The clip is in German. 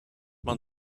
man